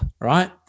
right